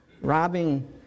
robbing